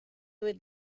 would